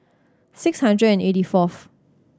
six hundred and eighty fourth